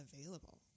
available